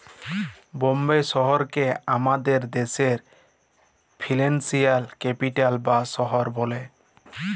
বম্বে শহরকে আমাদের দ্যাশের ফিল্যালসিয়াল ক্যাপিটাল বা শহর ব্যলে